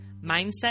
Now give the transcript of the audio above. Mindset